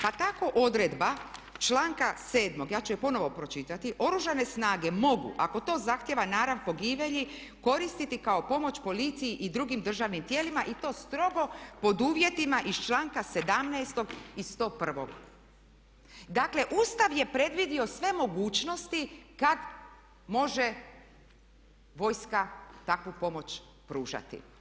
Pa tako odredba članka 7. ja ću je ponovno pročitati: "Oružane snage mogu ako to zahtijeva narav pogibelji koristiti kao pomoć policiji i drugim državnim tijelima i to strogo pod uvjetima iz članak 17. i 101." Dakle, Ustav je predvidio sve mogućnosti kad može vojska takvu pomoć pružati.